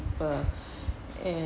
and